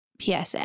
PSA